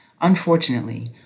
unfortunately